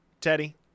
Teddy